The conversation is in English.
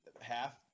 half